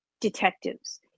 detectives